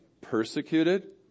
persecuted